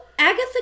Agatha